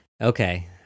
Okay